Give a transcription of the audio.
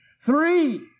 three